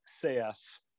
success